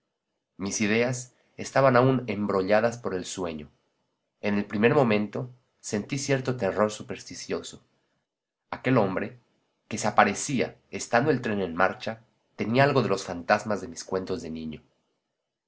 mis ideas estaban aún embrolladas por el sueño en el primer momento sentí cierto terror supersticioso aquel hombre que se aparecía estando el tren en marcha tenía algo de los fantasmas de mis cuentos de niño